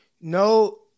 No